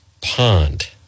Pond